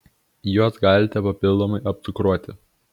juos galite papildomai apcukruoti